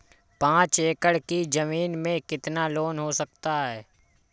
पाँच एकड़ की ज़मीन में कितना लोन हो सकता है?